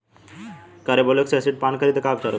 Carbolic acid पान तब का उपचार होखेला?